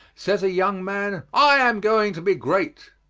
says a young man i am going to be great.